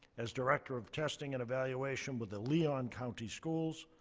as director of testing and evaluation with the leon county schools,